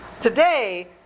Today